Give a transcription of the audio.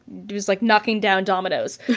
like knocking down dominoes.